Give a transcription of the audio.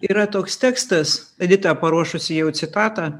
yra toks tekstas edita paruošusi jau citatą